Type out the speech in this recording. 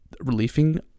relieving